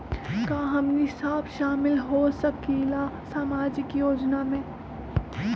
का हमनी साब शामिल होसकीला सामाजिक योजना मे?